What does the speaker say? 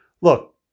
Look